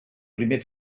primer